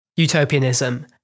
Utopianism